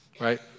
right